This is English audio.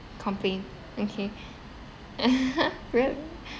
complaint okay